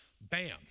bam